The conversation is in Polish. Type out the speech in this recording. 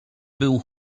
był